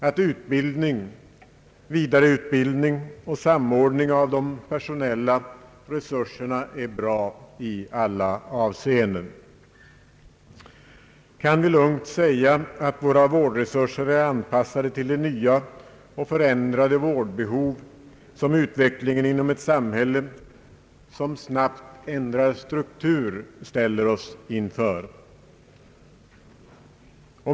Är utbildning, vidareutbildning och samordning av de personella resurserna bra i alla avseenden? Kan vi lugnt säga att våra vårdresurser är anpassa de till de nya och förändrade vårdbehov som utvecklingen ställer oss inför i ett samhälle som snabbt ändrar struktur?